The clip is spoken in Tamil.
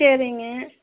சரிங்க